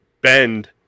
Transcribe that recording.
bend